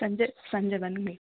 ಸಂಜೆ ಸಂಜೆ ಬಂದು ಮೀಟ್